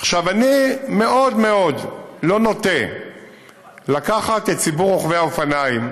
אני מאוד מאוד לא נוטה לקחת את ציבור רוכבי האופניים,